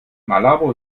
malabo